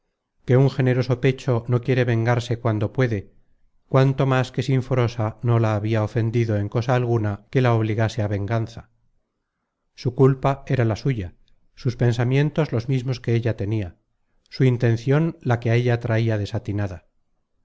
que un generoso pecho no quiere vengarse cuando puede cuanto más que sinforosa no la habia ofendido en cosa alguna que la obligase á venganza su culpa era la suya sus pensamientos los mismos que ella tenia su intencion la que á ella traia desatinada